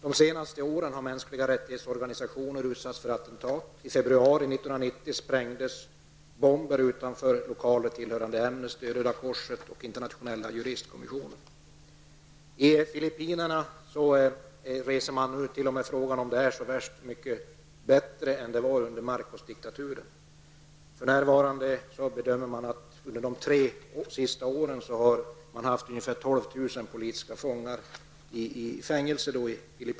De senaste åren har organisationer för mänskliga rättigheter utsatts för attentat. I februari 1990 I Filippinerna reser man t.o.m. frågan om det är så värst mycket bättre nu än under Marcosdiktaturen.För närvarande bedömer man att det under de tre senaste åren har suttit ungefär 12 000 politiska fångar i fängelse.